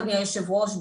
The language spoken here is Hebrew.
אדוני היושב ראש,